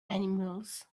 animals